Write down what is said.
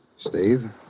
Steve